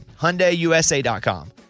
HyundaiUSA.com